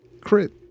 Crit